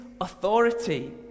authority